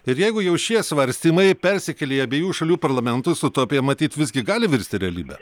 ir jeigu jau šie svarstymai persikėlė į abiejų šalių parlamentus utopija matyt visgi gali virsti realybe